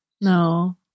no